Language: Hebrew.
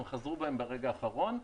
הם חזרו בהם ברגע האחרון.